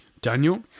Daniel